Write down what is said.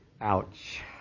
Ouch